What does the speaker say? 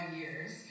years